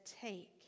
take